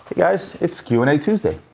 guys, it's q and a tuesday.